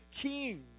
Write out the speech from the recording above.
King